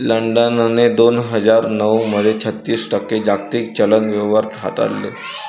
लंडनने दोन हजार नऊ मध्ये छत्तीस टक्के जागतिक चलन व्यवहार हाताळले